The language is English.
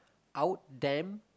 out them